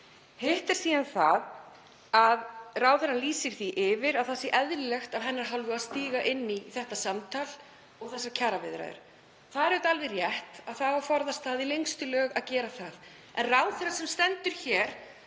Hitt er síðan það að ráðherrann lýsir því yfir að það sé eðlilegt af hennar hálfu að stíga inn í þetta samtal og þessar kjaraviðræður. Það er auðvitað alveg rétt að það á að forðast í lengstu lög. En ráðherra sem stendur hér